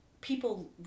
people